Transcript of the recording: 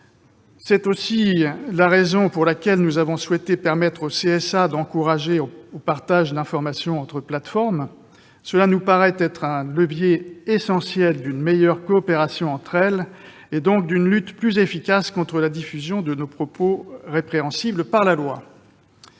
C'est aussi la raison pour laquelle nous avons souhaité permettre au CSA d'encourager le partage d'informations entre plateformes. Cela nous paraît être le levier essentiel d'une meilleure coopération entre ces dernières et donc d'une lutte plus efficace contre la diffusion de propos punis par la loi.